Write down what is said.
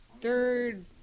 Third